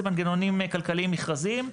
זה מנגנונים כלכליים מכרזיים.